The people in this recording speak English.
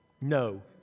No